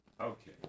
Okay